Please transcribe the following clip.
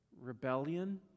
rebellion